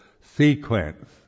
sequence